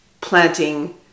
planting